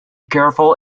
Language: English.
careful